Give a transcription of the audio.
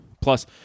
plus